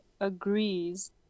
agrees